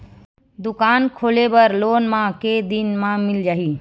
दुकान खोले बर लोन मा के दिन मा मिल जाही?